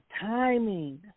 timing